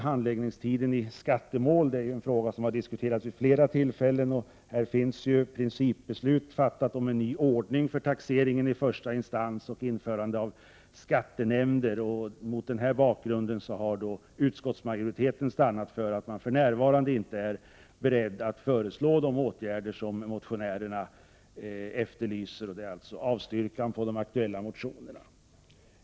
Handläggningstiderna i skattemål är en fråga som har diskuterats vid flera tillfällen, och det har fattats ett principbeslut om en ny ordning för taxeringen i första instans och införande av skattenämnder. Mot den bakgrunden har utskottsmajoriteten stannat för att man för närvarande inte är beredd att föreslå de åtgärder som motionärerna efterlyser. Man har alltså avstyrkt de aktuella motionerna.